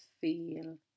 feel